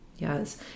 Yes